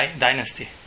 dynasty